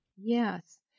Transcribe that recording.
Yes